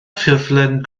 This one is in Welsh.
ffurflen